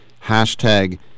hashtag